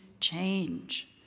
Change